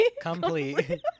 Complete